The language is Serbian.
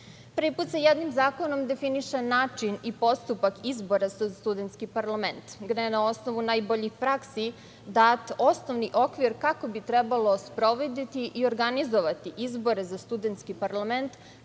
put se jednim zakonom definiše način i postupak izbora za studentski parlament, gde je na osnovu najboljih praksi dat osnovni okvir kako bi trebalo sprovoditi i organizovati izbore za studentski parlament